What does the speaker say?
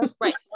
right